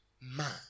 man